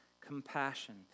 compassion